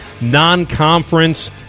non-conference